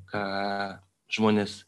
ką žmonės